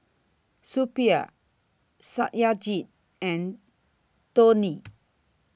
Suppiah Satyajit and Dhoni